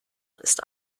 ist